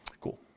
Cool